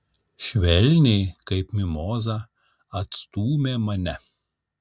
švelniai kaip mimozą atstūmė mane